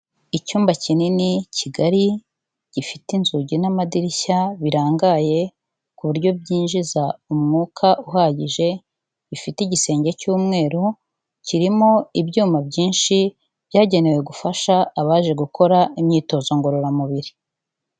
Icyumba kinini kigari gifite inzugi n'amadirishya birangaye ku buryo byinjiza umwuka uhagije, bifite igisenge cy'umweru kirimo ibyuma byinshi byagenewe gufasha abaje gukora imyitozo ngororamubiri.